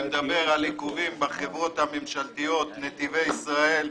אני מדבר על עיכובים בחברות הממשלתיות נתיבי ישראל,